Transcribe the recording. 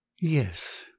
Yes